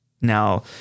Now